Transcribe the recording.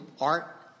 art